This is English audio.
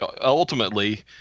ultimately